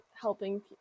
helping